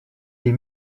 des